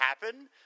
happen